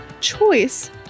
choice